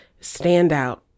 standout